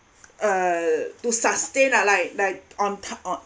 uh to sustain uh like like on ti~ on